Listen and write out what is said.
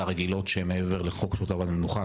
רגילות שהן מעבר לחוק שעות עבודה ומנוחה.